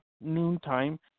noontime